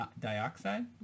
dioxide